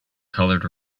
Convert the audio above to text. colored